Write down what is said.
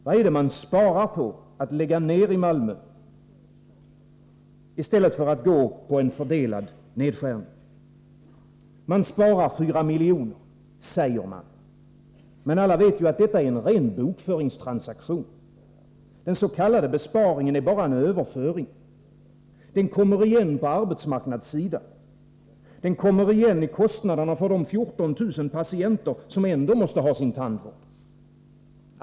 Vad är det man sparar på att lägga ner i Malmö i stället för att gå på en fördelad nedskärning? Man sparar 4 milj.kr., säger man. Men alla vet ju att det är en ren bokföringstransaktion. Den s.k. besparingen är bara en överföring. Den kommer igen på arbetsmarknadssi dan. Den kommer igen i kostnaderna för de 14 000 patienter som ändå måste ha sin tandvård.